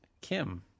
Kim